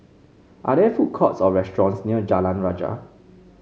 are there food courts or restaurants near Jalan Rajah